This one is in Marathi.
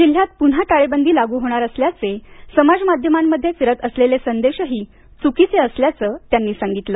जिल्ह्यात पून्हा टाळेबंदी लागू होणार असल्याचे समाज माध्यमांमध्ये फिरत असलेले संदेशही चूकीचे असल्याचं त्यांनी सांगितलं